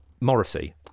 Morrissey